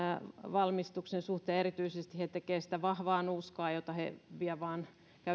valmistuksen suhteen erityisesti he tekevät sitä vahvaa nuuskaa jota he vievät käytännössä vain